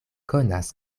konas